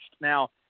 Now